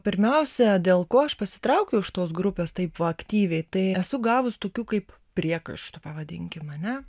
pirmiausia dėl ko aš pasitraukiau iš tos grupės taip va aktyviai tai esu gavus tokių kaip priekaištų pavadinkim ane